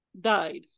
died